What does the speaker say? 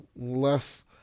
less